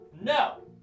No